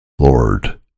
Lord